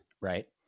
right